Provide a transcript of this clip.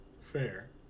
Fair